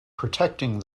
protecting